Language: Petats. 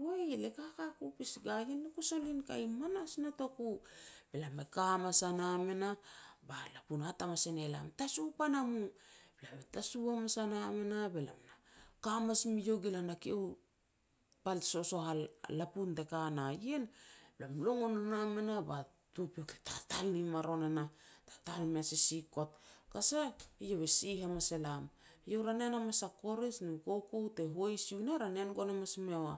"Wei le kaka ku pas gua ien, lia ku solin ka i manas notoku." Be lam e ka hamanas a nam e nah ba lapun e hat hamas e ne lam, "Tasu pan a mum." Be lam tasu hamas a nam e nah be lam na ka hamas mu han a kiu. Pal te sosoh a lapun te ka na ien, lam longon o nam e nah ba tutupiok te tatal ni maron e nah, tatal mei a sisikot, tara sah eiau e sieh hamas elam. Eiau ra nen hamanas a korij na koukou te hois iu e nah ra nen gon hamas meiau